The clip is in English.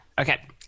Okay